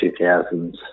2000s